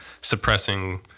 suppressing